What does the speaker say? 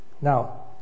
now